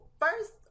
first